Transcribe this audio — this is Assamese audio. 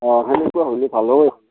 অঁ তেনেকুৱা হ'লে ভাল হয়